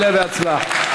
עלה והצלח.